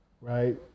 right